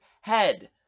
head